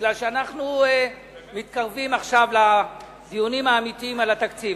מכיוון שאנחנו מתקרבים עכשיו לדיונים האמיתיים על התקציב,